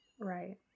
Right